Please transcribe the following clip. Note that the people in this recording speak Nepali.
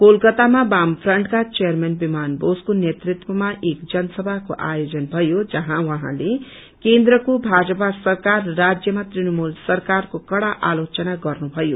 कोलकत्तामा वामफ्रेन्टका चेयरमेन बिमान बोसको नेतृत्वमा एक जनसभाको आयोजन भयो जस्रँ उझँले केन्द्रको भाजपा सरकार र राज्यमा तुणमूल सरकारको कड़ा आलोचना गर्नुषयो